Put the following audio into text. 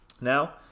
now